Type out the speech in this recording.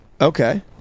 Okay